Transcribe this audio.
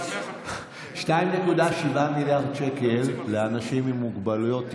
2.7 מיליארד שקל לאנשים עם מוגבלויות.